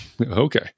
Okay